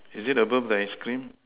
is it above the ice cream